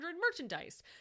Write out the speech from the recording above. merchandise